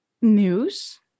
News